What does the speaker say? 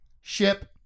Ship